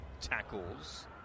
tackles